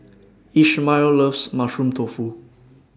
Ishmael loves Mushroom Tofu